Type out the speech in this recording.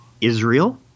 Israel